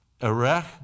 Erech